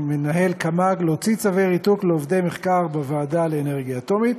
מנהל קמ"ג להוציא צווי ריתוק לעובדי מחקר בוועדה לאנרגיה אטומית,